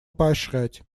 поощрять